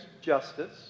Justice